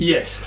Yes